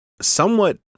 somewhat